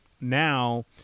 now